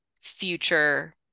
future